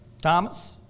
Thomas